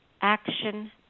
action